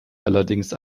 allerdings